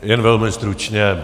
Jen velmi stručně.